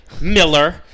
Miller